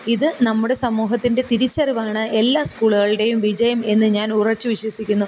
ഇത് നമ്മുടെ സമൂഹത്തിൻ്റെ തിരിച്ചറിവാണ് എല്ലാ സ്കൂളുകളുടെയും വിജയം എന്ന് ഞാൻ ഉറച്ചു വിശ്വസിക്കുന്നു